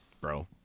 Bro